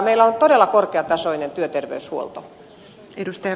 meillä on todella korkeatasoinen työterveyshuolto